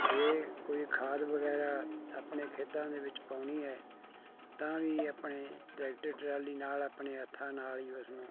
ਜੇ ਕੋਈ ਖਾਦ ਵਗੈਰਾ ਆਪਣੇ ਖੇਤਾਂ ਦੇ ਵਿੱਚ ਪਾਉਣੀ ਹੈ ਤਾਂ ਵੀ ਆਪਣੇ ਟਰੈਕਟਰ ਟਰਾਲੀ ਨਾਲ ਆਪਣੇ ਹੱਥਾਂ ਨਾਲ ਹੀ ਉਸਨੂੰ